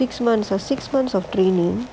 six months or six months of training